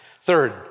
Third